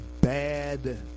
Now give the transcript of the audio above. bad